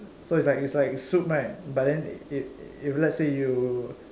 so its like its like soup right but then if if let's say you